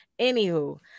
Anywho